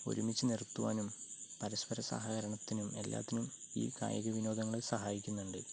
ഒരുമിച്ച് നിര്ത്തുവാനും പരസ്പര സഹകരണത്തിനും എല്ലാറ്റിനും ഈ കായിക വിനോദങ്ങള് സഹായിക്കുന്നുണ്ട്